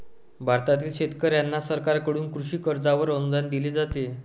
भारतातील शेतकऱ्यांना सरकारकडून कृषी कर्जावर अनुदान दिले जाते